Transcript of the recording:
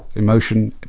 emotion,